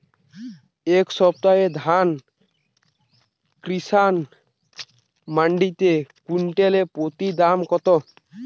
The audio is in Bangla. এই সপ্তাহে ধান কিষান মন্ডিতে কুইন্টাল প্রতি দাম কত?